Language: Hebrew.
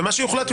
ומה שיוחלט,